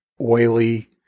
oily